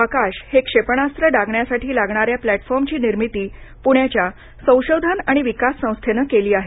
आकाश हे क्षेपणास्त्र डागण्यासाठी लागणाऱ्या प्लॅटफॉर्मची निर्मिती पुण्याच्या संशोधन आणि विकास संस्थेनं केली आहे